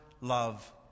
love